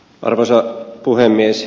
arvoisa puhemies